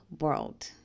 world